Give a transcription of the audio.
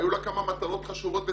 היו לה כמה מטרות חשובות וציבוריות.